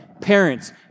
Parents